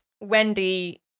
Wendy